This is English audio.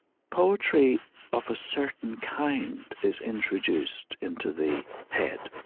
poetry of a certain kind is introduced into the head.